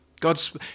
god's